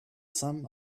some